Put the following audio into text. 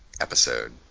episode